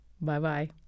Bye-bye